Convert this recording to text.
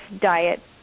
diet